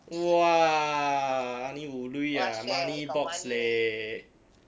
!wah! ah neh wu lui ah money box leh